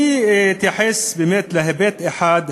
אני אתייחס להיבט אחד,